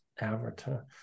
avatar